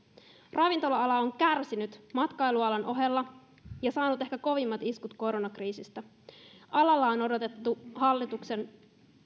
ravintola ala on kärsinyt matkailualan ohella ja saanut ehkä kovimmat iskut koronakriisistä alalla on odotettu hallituksen